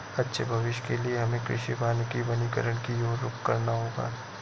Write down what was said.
अच्छे भविष्य के लिए हमें कृषि वानिकी वनीकरण की और रुख करना होगा